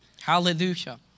Hallelujah